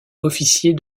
officier